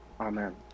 Amen